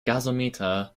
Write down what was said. gasometer